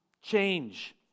Change